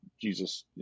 Jesus